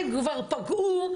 הם כבר פגעו,